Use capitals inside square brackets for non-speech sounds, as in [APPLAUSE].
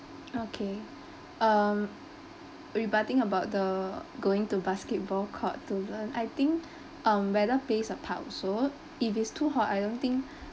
okay um rebutting about the going to basketball court to learn I think [BREATH] um weather plays a part also if it's too hot I don't think [BREATH]